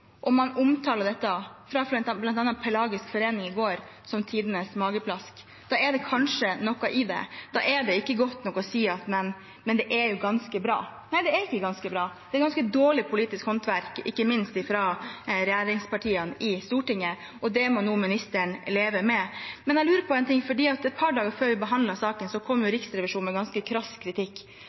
omtaler dette – bl.a. Pelagisk Forening i går – som tidenes mageplask, er det kanskje noe i det. Da er det ikke godt nok å si at det er ganske bra. Nei, det er ikke ganske bra, det er ganske dårlig politisk håndverk, ikke minst fra regjeringspartiene i Stortinget, og det må nå statsråden leve med. Men jeg lurer på en ting, for et par dager før vi behandlet saken, kom Riksrevisjonen med ganske krass kritikk,